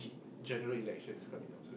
general election is coming up soon